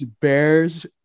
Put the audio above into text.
Bears